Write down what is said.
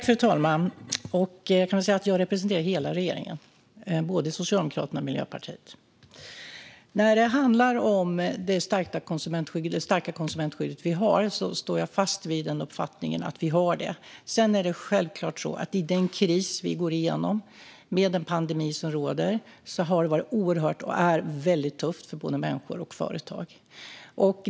Fru talman! Jag representerar hela regeringen, både Socialdemokraterna och Miljöpartiet. När det handlar om det starka konsumentskydd vi har står jag fast vid uppfattningen att vi har det. Sedan är det självklart så att det har varit och är oerhört tufft för både människor och företag i den kris vi går igenom i och med den pandemi som råder.